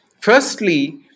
Firstly